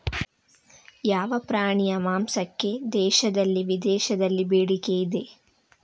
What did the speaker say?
ಯಾವ ಪ್ರಾಣಿಯ ಮಾಂಸಕ್ಕೆ ದೇಶದಲ್ಲಿ ವಿದೇಶದಲ್ಲಿ ಬೇಡಿಕೆ ಇದೆ?